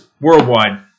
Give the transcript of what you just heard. Worldwide